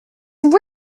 three